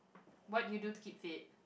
what do you do to keep fit